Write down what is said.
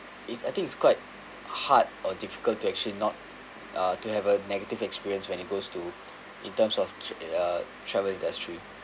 if I think it's quite hard or difficult to actually not uh to have a negative experience when it goes to in terms of t~ uh travel industry